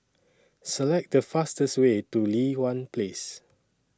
Select The fastest Way to Li Hwan Place